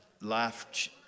life